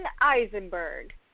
Eisenberg